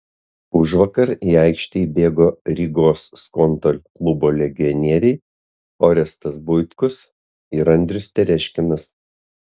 užvakar į aikštę įbėgo rygos skonto klubo legionieriai orestas buitkus ir andrius tereškinas